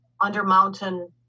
under-mountain